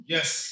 Yes